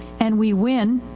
and we win